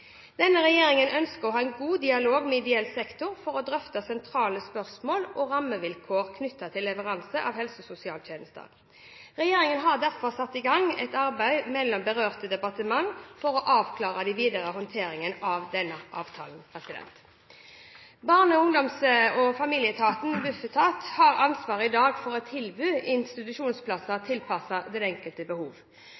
Denne regjeringen ønsker å ha en god dialog med ideell sektor for å drøfte sentrale spørsmål og rammevilkår knyttet til leveranser av helse- og sosialtjenester. Regjeringen har derfor satt i gang et arbeid mellom berørte departementer for å avklare den videre håndteringen av denne avtalen. Barne- ungdoms- og familieetaten, Bufetat, har i dag ansvaret for